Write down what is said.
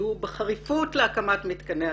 התנגדו בחריפות להקמת מתקני התפלה.